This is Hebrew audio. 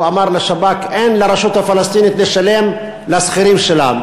הוא אמר לשב"כ: אין לרשות הפלסטינית לשלם לשכירים שלה,